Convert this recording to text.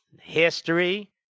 history